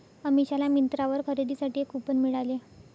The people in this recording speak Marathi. अमिषाला मिंत्रावर खरेदीसाठी एक कूपन मिळाले